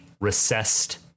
recessed